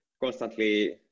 Constantly